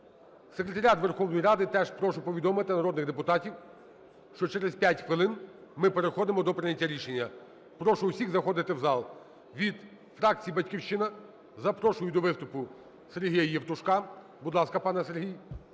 Секретаріат Верховної Ради теж прошу повідомити народних депутатів, що через 5 хвилин ми переходимо до прийняття рішення. Прошу всіх заходити у зал. Від фракції "Батьківщина" запрошую до виступу Сергія Євтушка.